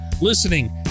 listening